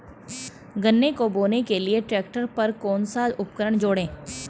गन्ने को बोने के लिये ट्रैक्टर पर कौन सा उपकरण जोड़ें?